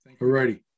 Alrighty